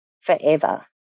forever